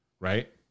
right